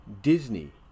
disney